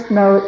no